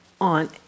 on